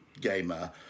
gamer